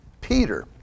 Peter